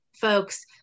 folks